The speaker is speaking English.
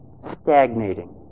stagnating